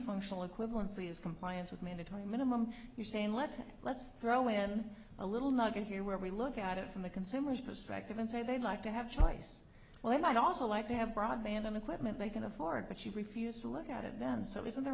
functional equivalency as compliance with mandatory minimum you're saying let's let's throw away then a little nugget here where we look at it from the consumer's perspective and say they'd like to have choice well i'd also like to have broadband on equipment they can afford but she refused to look at it then so isn't there